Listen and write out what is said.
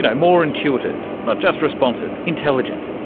and more intuitive, not just responsive intelligent.